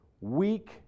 weak